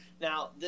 now